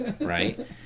right